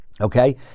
okay